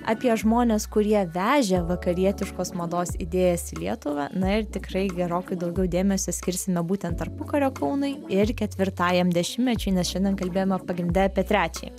apie žmones kurie vežė vakarietiškos mados idėjas į lietuvą na ir tikrai gerokai daugiau dėmesio skirsime būtent tarpukario kaunui ir ketvirtajam dešimtmečiui nes šiandien kalbėjome pagrinde apie trečiąjį